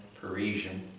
Parisian